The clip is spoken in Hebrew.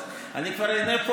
אז אני כבר איהנה פה